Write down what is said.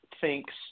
thinks